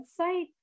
website